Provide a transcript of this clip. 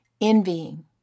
envying